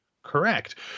Correct